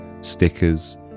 stickers